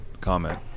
comment